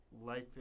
life